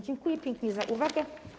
Dziękuję pięknie za uwagę.